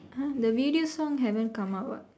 !huh! the video song haven't come out what